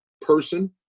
person